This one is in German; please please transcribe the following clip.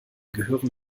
gehören